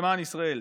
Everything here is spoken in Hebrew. למען ישראל.